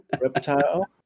Reptile